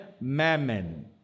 mammon